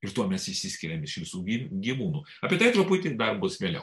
ir tuo mes išsiskiriam iš visų gy gyvūnų apie tai truputį dar bus vėliau